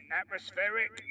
atmospheric